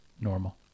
normal